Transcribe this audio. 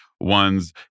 ones